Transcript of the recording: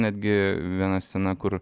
netgi viena scena kur